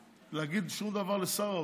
מה הבעיה לסגור את העניין של הוועדות?